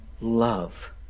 love